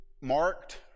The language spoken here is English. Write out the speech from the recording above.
Marked